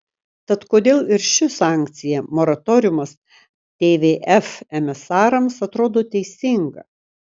tad kodėl ir ši sankcija moratoriumas tvf emisarams atrodo teisinga